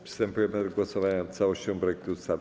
Przystępujemy do głosowania nad całością projektu ustawy.